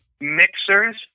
mixers